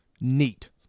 neat